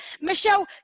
Michelle